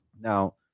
Now